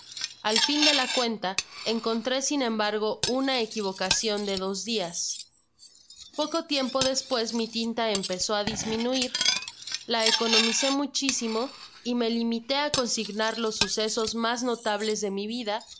al fin de la cuenta encontré sin embargo una equivocacion de dos dias poco tiempo despues mi tinta empezó á disminuir la economice muchísimo y me limitó á consignar los sucesos mas notables de mi vida